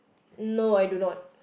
no I do not